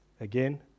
Again